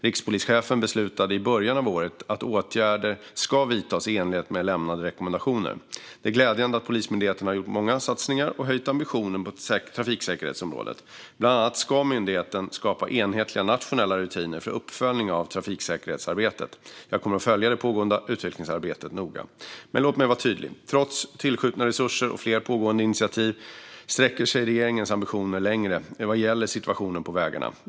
Rikspolischefen beslutade i början av året att åtgärder ska vidtas i enlighet med lämnade rekommendationer. Det är glädjande att Polismyndigheten har gjort många satsningar och höjt ambitionen på trafiksäkerhetsområdet. Bland annat ska myndigheten skapa enhetliga nationella rutiner för uppföljning av trafiksäkerhetsarbetet. Jag kommer att följa det pågående utvecklingsarbetet noga. Men låt mig vara tydlig. Trots tillskjutna resurser och flera pågående initiativ sträcker sig regeringens ambitioner längre vad gäller situationen på vägarna.